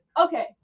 Okay